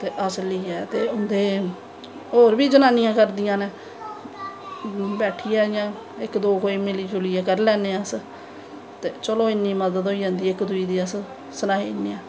ते अस लेईयै ते उंदे होर बी जनानियां करदियां नै बैठियै इयां इक दो मिली जुलियै करी लैन्नें आं अस ते चलो इन्नी मदद होई जंदी ऐ अक दुई गी सनाई ओड़नें आं अस